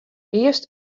earst